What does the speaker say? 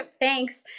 thanks